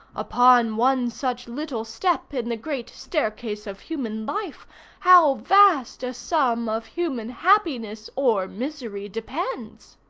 upon one such little step in the great staircase of human life how vast a sum of human happiness or misery depends!